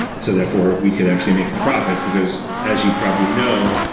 and so, therefore, we could actually make a profit, because as you probably know,